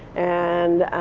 and